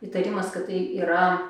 įtarimas kad tai yra